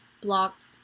blocked